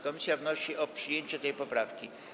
Komisja wnosi o przyjęcie tej poprawki.